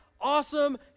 awesome